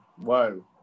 whoa